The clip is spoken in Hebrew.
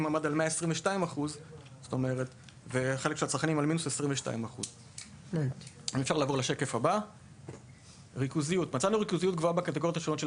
עמד על 122% והחלק של הצרכנים עמד על מינוס 22%. ריכוזיות.